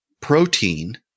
protein